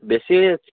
বেশি হয়ে যাচ্ছে